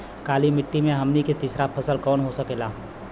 काली मिट्टी में हमनी के तीसरा फसल कवन हो सकेला?